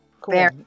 Cool